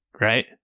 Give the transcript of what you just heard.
right